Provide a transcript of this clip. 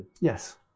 Yes